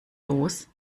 los